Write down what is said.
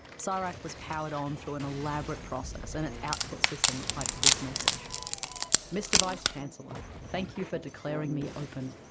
so csirac was powered on through an elaborate process, and its output system typed this message mr vice chancellor thank you for declaring me open.